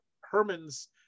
herman's